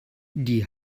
die